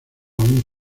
aún